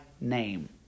name